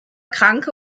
kranke